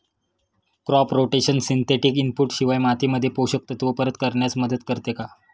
Crop rotation synthetic input शिवाय मातीमध्ये पोषक तत्त्व परत करण्यास मदत करते का?